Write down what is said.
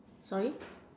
sorry